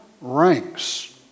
ranks